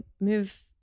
move